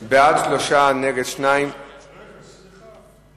בעד, 3, נגד, 2. סליחה.